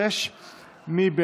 26. מי בעד?